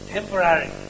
Temporary